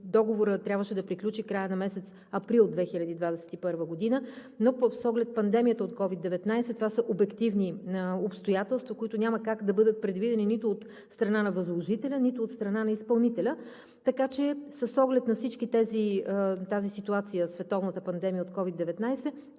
договорът трябваше да приключи в края на месец април 2021 г., но с оглед пандемията от COVID-19, а това са обективни обстоятелства, които няма как да бъдат предвидени нито от страна на възложителя, нито от страна на изпълнителя. Така че с оглед на тази ситуация – световната пандемия от COVID-19,